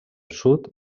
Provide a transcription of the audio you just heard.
sud